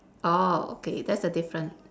oh okay that's the difference